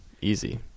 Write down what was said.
easy